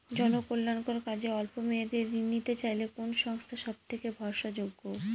জনকল্যাণকর কাজে অল্প মেয়াদী ঋণ নিতে চাইলে কোন সংস্থা সবথেকে ভরসাযোগ্য?